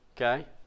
Okay